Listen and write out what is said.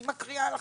אני מקריאה לכם,